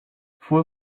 fue